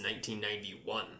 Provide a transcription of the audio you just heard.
1991